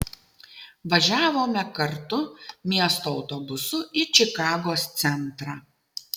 važiavome kartu miesto autobusu į čikagos centrą